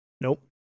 Nope